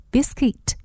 Biscuit 》 。